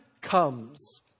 comes